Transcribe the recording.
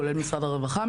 כולל משרד הרווחה,